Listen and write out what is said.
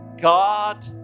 God